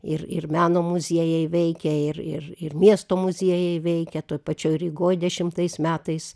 ir ir meno muziejai veikia ir ir ir miesto muziejai veikia toj pačioj rygoj dešimtais metais